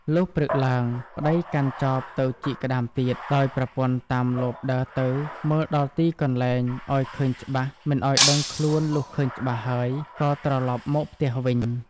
លុះព្រឹកឡើង ប្ដីកាន់ចបទៅជីកក្ដាមទៀត ដោយប្រពន្ធតាមលបដើរទៅមើលដល់ទីកន្លែងឲ្យឃើញច្បាស់មិនឲ្យដឹងខ្លួនលុះឃើញច្បាស់ហើយក៏ត្រឡប់មកផ្ទះវិញ ។